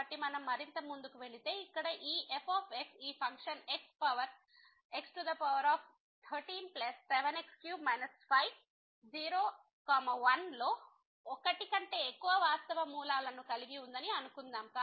కాబట్టి మనం మరింత ముందుకు వెళితే ఇక్కడ ఈ f ఈ ఫంక్షన్ x పవర్ x137x3 50 1లో ఒకటి కంటే ఎక్కువ వాస్తవ మూలాలను కలిగి ఉందని అనుకుందాం